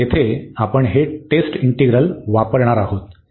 तर तिथे आपण हे टेस्ट इंटिग्रल वापरणार आहोत